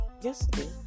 yesterday